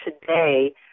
today